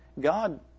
God